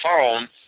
phone